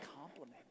compliment